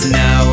no